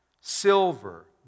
silver